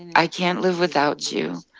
i can't live without you.